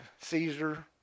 Caesar